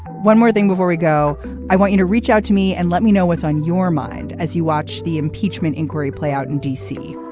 one more thing before we go i want you to reach out to me and let me know what's on your mind as you watch the impeachment inquiry play out in d c.